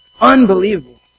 Unbelievable